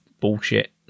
bullshit